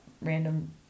random